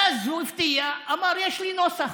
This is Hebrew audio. ואז הוא הפתיע ואמר: יש לי נוסח,